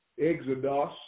Exodus